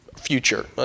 future